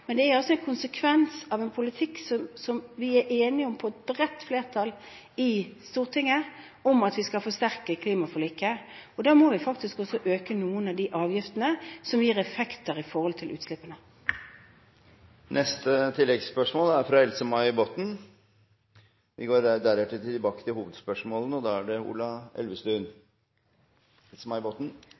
men det er en konsekvens av en politikk et bredt flertall i Stortinget er enige om, at vi skal forsterke klimaforliket. Da må vi faktisk også øke noen av de avgiftene som gir effekter for utslippene. Else-May Botten – til oppfølgingsspørsmål. Vi har fått signal om noen varsellamper fra næringslivet den siste tiden. Regjeringen har gjort klare og tydelige prioriteringer, sier statsministeren. Ja, i innstillingen fra næringskomiteen har vi